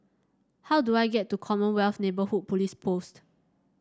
how do I get to Commonwealth Neighbourhood Police Post